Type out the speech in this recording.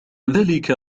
ذلك